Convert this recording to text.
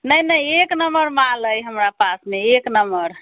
नहि नहि एक नम्मर माल अइ हमरा पासमे एक नम्मर